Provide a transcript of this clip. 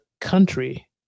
country